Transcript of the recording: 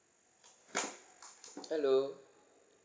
hello